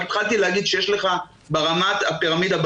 התחלתי להגיד שיש לך ברמת הפירמידה,